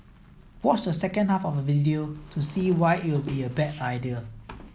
watch the second half of the video to see why it'll be a bad idea